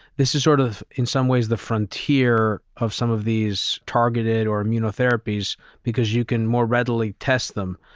this is sort of in some ways the frontier of some of these targeted or immunotherapies because you can more readily test them.